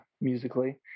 musically